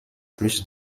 plus